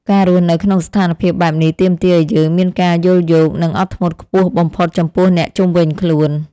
ការរស់នៅក្នុងស្ថានភាពបែបនេះទាមទារឱ្យយើងមានការយល់យោគ និងអត់ធ្មត់ខ្ពស់បំផុតចំពោះអ្នកជុំវិញខ្លួន។